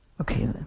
Okay